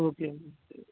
okay okay